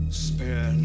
spare